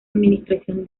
administración